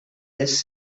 this